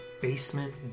basement